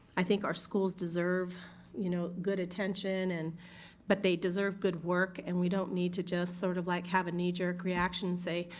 i think our schools deserve you know good attention and but they deserve good work and we don't need to just sort of like have a knee jerk reaction say,